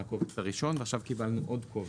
מי נגד?